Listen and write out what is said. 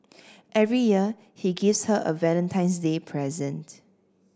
every year he gives her a Valentine's Day present